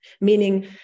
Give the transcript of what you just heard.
Meaning